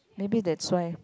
maybe that's why